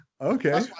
Okay